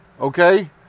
Okay